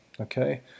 okay